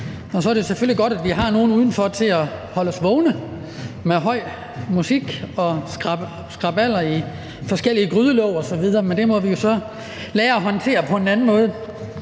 Så er det selvfølgelig godt, at vi har nogle udenfor til at holde os vågne med høj musik og rabalder ved at slå på forskellige grydelåg osv., men det må vi jo så lære at håndtere på en anden måde.